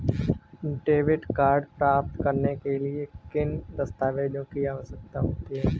Debit card प्राप्त करने के लिए किन दस्तावेज़ों की आवश्यकता होती है?